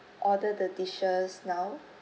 order the dishes now